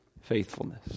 faithfulness